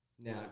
Now